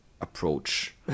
approach